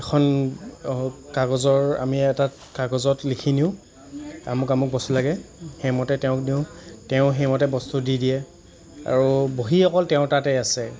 এখন কাগজৰ আমি এটা কাগজত লিখি নিওঁ আমোক আমোক বস্তু লাগে সেইমতে তেওঁক দিওঁ তেওঁ সেইমতে বস্তু দি দিয়ে আৰু বহী অকল তেওঁৰ তাতে আছে